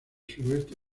suroeste